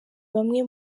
bamwe